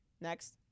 Next